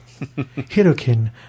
Hirokin